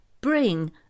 bring